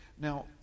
Now